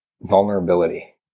Vulnerability